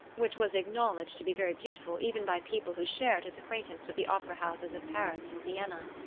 which was acknowledged to be very beautiful even by people who shared his acquaintance with the opera houses of paris and vienna.